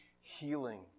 healing